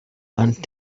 aren’t